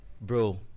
Bro